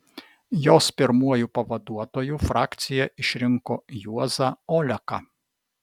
jos pirmuoju pavaduotoju frakcija išrinko juozą oleką